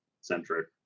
centric